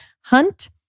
Hunt